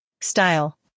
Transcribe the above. style